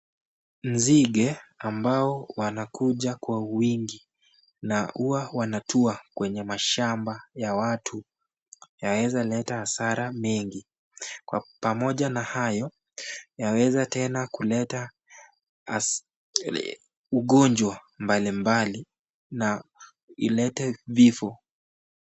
Nzige ambao wanakuja kwa wingi na huwa wanatua kwenye mashamba ya watu yaweza leta hasara mengi. Pamoja na hayo yaweza tena kuleta ugonjwa mbalimbali na ilete vifo.